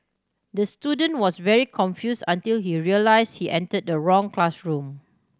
the student was very confuse until he realise he entered the wrong classroom